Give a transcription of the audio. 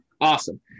Awesome